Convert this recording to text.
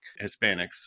Hispanics